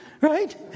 Right